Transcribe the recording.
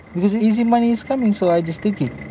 because easy money is coming so i just take it.